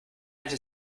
hätte